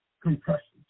compressions